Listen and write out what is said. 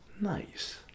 nice